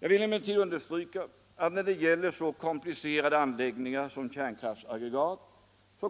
Jag vill emellertid understryka att när det gäller så komplicerade anläggningar som kärnkraftsaggregat